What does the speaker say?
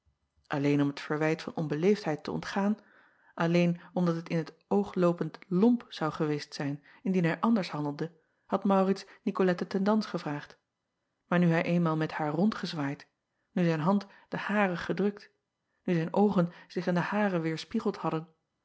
lleen om het verwijt van onbeleefdheid te ontgaan alleen omdat het in t oog loopend lomp zou geweest zijn indien hij anders handelde had aurits icolette ten dans gevraagd maar nu hij eenmaal met haar rondgezwaaid nu zijn hand de hare acob van ennep laasje evenster delen gedrukt nu zijn oogen zich in de hare weêrspiegeld hadden